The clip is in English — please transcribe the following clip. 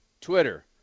Twitter